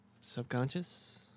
subconscious